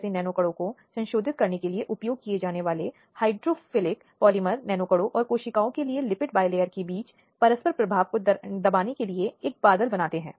और कि न्यायालय के समक्ष खड़े व्यक्ति के अधिकार और प्रतिष्ठा को सुनिश्चित करे विशेष रूप से यदि वह एक महिला है